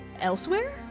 elsewhere